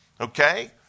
okay